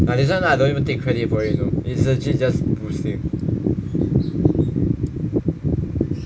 ah this [one] I don't even take credit for it you know it's legit just boosting